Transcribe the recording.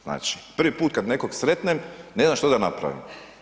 Znači, prvi put kad nekog sretnem, ne znam što da napravim.